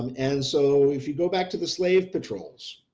um and so if you go back to the slave patrols,